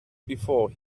before